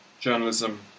journalism